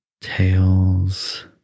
tales